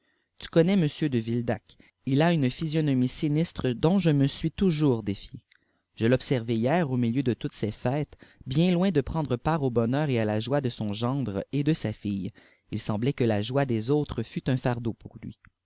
tu connais m de vildac il a une physionomie sinistre dont je me suis toujours défié je tobservai hier au milieu de toutes ces fêtes bien loin de prendre part au bonheur et à la jie de son gendre et de sa fille il semblait que la joie des autres fût un fardeau pour lui